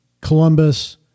Columbus